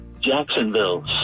Jacksonville